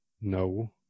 No